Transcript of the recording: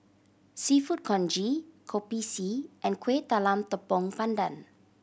Seafood Congee Kopi C and Kueh Talam Tepong Pandan